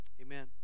amen